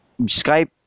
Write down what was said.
Skype